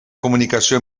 comunicació